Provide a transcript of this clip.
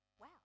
Wow